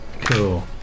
Cool